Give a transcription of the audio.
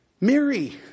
Mary